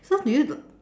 how do you do